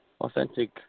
authentic